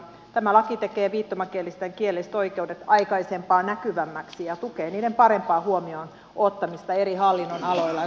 tämä laki tekee viittomakielisten kielelliset oikeudet aikaisempaa näkyvämmiksi ja tukee niiden parempaa huomioonottamista eri hallinnonaloilla ja suomalaisessa yhteiskunnassa